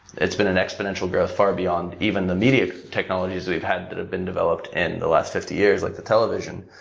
it's been an exponential growth far beyond even the media technologies that we've had that have been developed in the last fifty years, like the television.